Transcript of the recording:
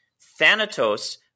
Thanatos